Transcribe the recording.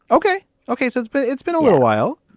ok ok. so it's been it's been a little while.